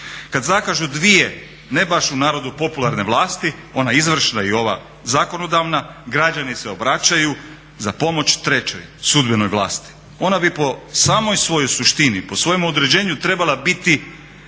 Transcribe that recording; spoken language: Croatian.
Kad zakažu dvije, ne baš u narodu popularne vlasti, ona izvršna i ova zakonodavna, građani se obraćaju za pomoć trećoj, sudbenoj vlasti. Ona bi po samoj svojoj suštini, po svojem određenju trebala biti